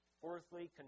Fourthly